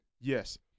yes